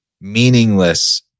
meaningless